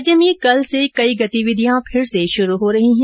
राज्य में कल से कई गतिविधियां शुरू हो रही हैं